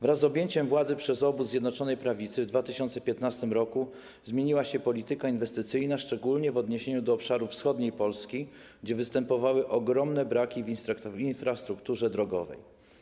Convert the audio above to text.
Wraz z objęciem władzy przez obóz Zjednoczonej Prawicy w 2015 r. zmieniła się polityka inwestycyjna szczególnie w odniesieniu do obszarów wschodniej Polski, gdzie występowały ogromne braki w infrastrukturze drogowej.